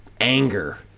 anger